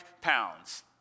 pounds